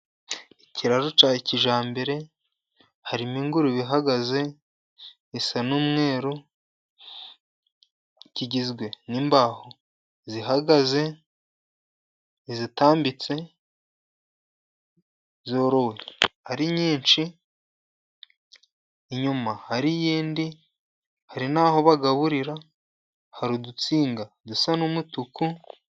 Ikiraro cya kijyambere harimo ingurube ihagaze isa n'umweru, kigizwe n'imbaho zihagaze, izitambitse ,zorowe ari nyinshi ,inyuma hariyo indi ,hari n'aho bagaburirira hari udutsinga dusa n'umutuku.